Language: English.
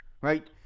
right